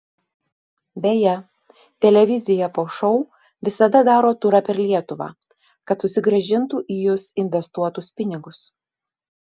beje televizija po šou visada daro turą per lietuvą kad susigrąžintų į jus investuotus pinigus